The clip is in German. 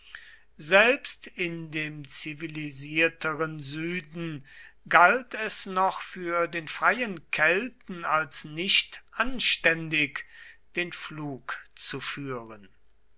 selbst in dem zivilisierteren süden galt es noch für den freien kelten als nicht anständig den pflug zu führen